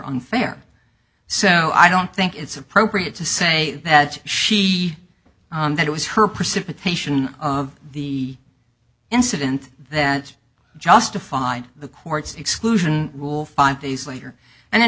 unfair so i don't think it's appropriate to say that she that it was her precipitation of the incident that justified the court's exclusion rule five days later and in